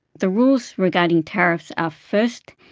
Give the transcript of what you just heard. the rules regarding tariffs are, first,